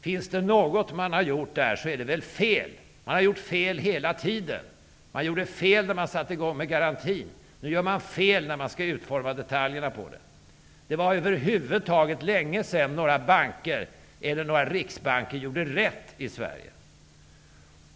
Om det är något som man har gjort där så är det väl fel. Man har gjort fel hela tiden. Man gjorde fel då man satte i gång med garantin. Nu gör man fel när man skall utforma detaljerna i den. Det var över huvud taget länge sedan som några banker eller några riksbanker gjorde rätt i Sverige.